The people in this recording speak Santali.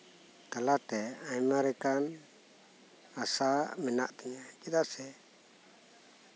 ᱛᱟᱞᱟᱛᱮ ᱟᱭᱢᱟ ᱞᱮᱠᱟᱱ ᱟᱥᱟ ᱢᱮᱱᱟᱜ ᱛᱤᱧᱟ ᱪᱮᱫᱟᱜ ᱥᱮ